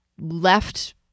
left